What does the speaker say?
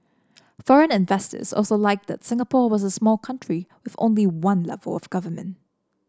foreign investors also liked that Singapore was the small country with only one level of government